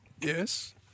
Yes